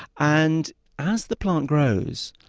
and as the plant grows,